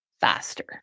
faster